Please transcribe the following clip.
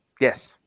Yes